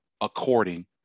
according